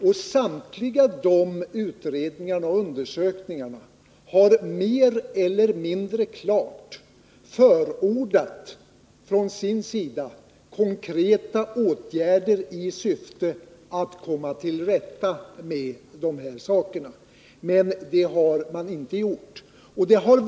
Och samtliga de utredningarna och undersökningarna har mer eller mindre klart förordat konkreta åtgärder i syfte att komma till rätta med de här problemen. Men sådana åtgärder har inte vidtagits.